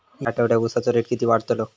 या आठवड्याक उसाचो रेट किती वाढतलो?